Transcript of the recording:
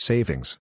Savings